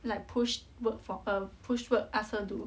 like push work for her push work ask her do